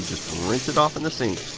just rinse it off in the sink.